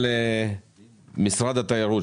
אנחנו עוברים לרביזיה השנייה של משרד התיירות,